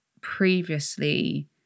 previously